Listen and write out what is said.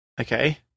okay